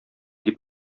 дип